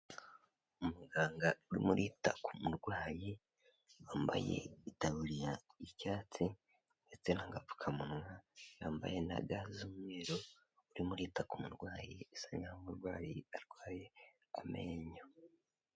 Imuganga urimo urita ku murwayi, wambaye itaburiya y'icyatsi ndetse n'agapfukamunwa, yambaye nta ga z'umweru, urimo urita ku murwayi bisa nkaho umurwayi arwaye amenyo.